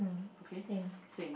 okay same ah